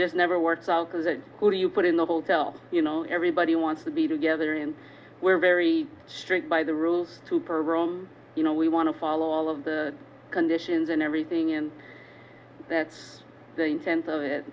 because who do you put in the hotel you know everybody wants to be together and we're very strict by the rules to parole you know we want to follow all of the conditions and everything and that's the intent of it